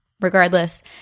Regardless